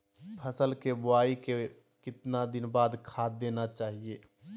फसल के बोआई के कितना दिन बाद खाद देना चाइए?